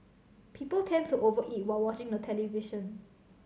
people tend to over eat while watching the television